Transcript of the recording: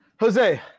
Jose